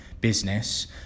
business